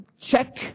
check